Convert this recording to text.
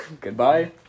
Goodbye